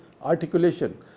articulation